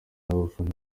n’abafana